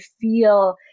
feel